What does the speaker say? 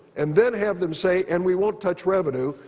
and then have them say, and we won't touch revenue,